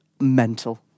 mental